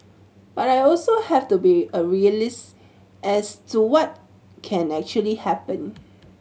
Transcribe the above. but I also have to be a realist as to what can actually happen